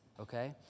okay